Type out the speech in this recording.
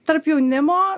tarp jaunimo